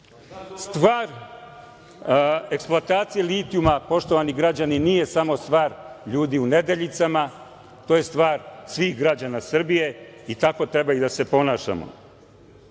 eksploatacije litijuma, poštovani građani, nije samo stvar ljudi u Nedeljicama, to je stvar svih građana Srbije i tako treba da se ponašamo.